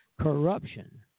corruption